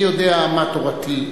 אני יודע מה תורתי.